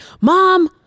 Mom